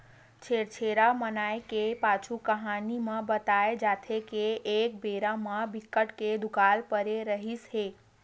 छेरछेरा मनाए के पाछू कहानी म बताए जाथे के एक बेरा म बिकट के दुकाल परे रिहिस हे